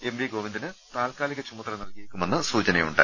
MV ഗോവിന്ദന് താത്കാലിക ചുമതല നൽകിയേ ക്കുമെന്ന് സൂചനയുണ്ട്